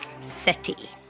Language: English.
City